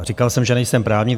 Říkal jsem, že nejsem právník.